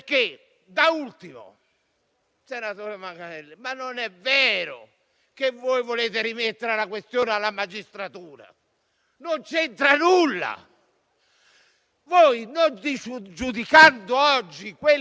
La legge costituzionale del 1989 dice che spetta al Senato quella valutazione, non alla magistratura. La magistratura non potrà valutare se sussiste o meno un interesse pubblico.